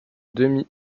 demi